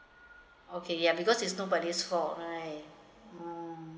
okay ya because this is nobody's fault right ah